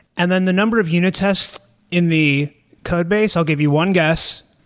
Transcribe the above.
and then the number of unit tests in the code base, i'll give you one guess,